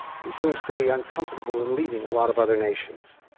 he seems to be uncomfortable in leading a lot of other nations.